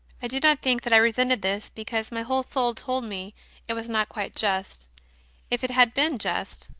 i do not think that i resented this, because my whole soul told me it was not quite just if it had been just,